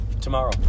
Tomorrow